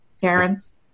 parents